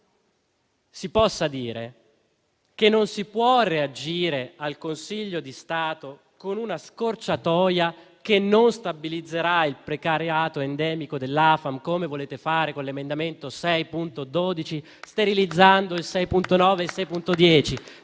si possa dire che non si può reagire al Consiglio di Stato con una scorciatoia che non stabilizzerà il precariato endemico dell'AFAM, come volete fare con l'emendamento 6.12, sterilizzando gli